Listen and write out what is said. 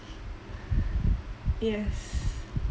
yes